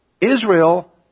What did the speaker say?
Israel